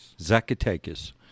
Zacatecas